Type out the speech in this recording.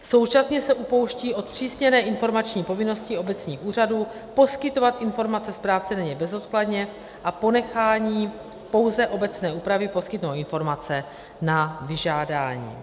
Současně se upouští od zpřísněné informační povinnosti obecních úřadů poskytovat informace správci daně bezodkladně a ponechání pouze obecné úpravy poskytnout informace na vyžádání.